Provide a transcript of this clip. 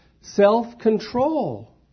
self-control